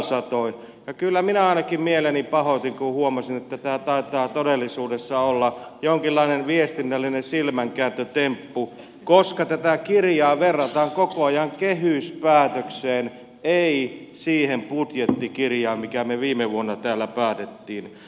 ja kyllä minä ainakin mieleni pahoitin kun huomasin että tämä taitaa todellisuudessa olla jonkinlainen viestinnällinen silmänkääntötemppu koska tätä kirjaa verrataan koko ajan kehyspäätökseen ei siihen budjettikirjaan minkä me viime vuonna täällä päätimme